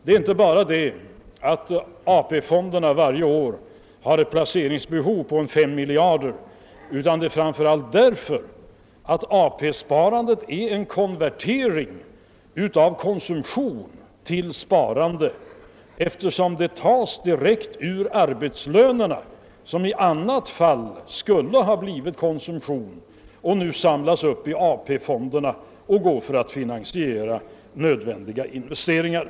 Det är inte bara det att AP-fonderna har ett placeringsbehov på ungefär 5 miljarder om året utan det är dessutom så att ATP-sparandet innebär en konvertering av konsumtion till sparande; det tas nämligen direkt ur arbetslönerna, som i annat fall skulle ha gått till konsumtion, samlas upp i AP-fonderna och används till att finansiera nödvändiga investeringar.